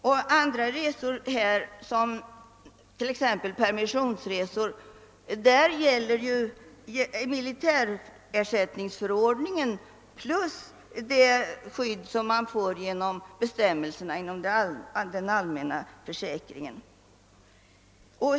För andra resor såsom t.ex. permissionsresor gäller ju militärersättningsförordningen = jämte det skydd som man har genom bestämmelserna för den allmänna försäkringen.